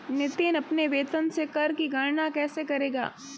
नितिन अपने वेतन से कर की गणना कैसे करेगा?